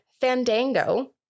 Fandango